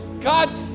god